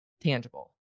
tangible